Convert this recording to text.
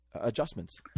adjustments